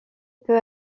peut